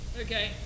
Okay